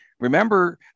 Remember